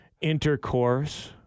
intercourse